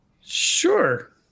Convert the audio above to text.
Sure